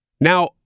Now